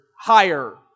higher